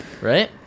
Right